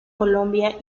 colombia